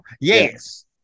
Yes